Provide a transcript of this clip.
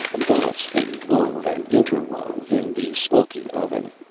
thus they wove and interwove in the smoky oven.